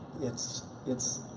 it's, it's,